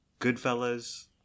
Goodfellas